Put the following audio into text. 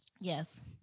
Yes